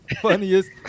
funniest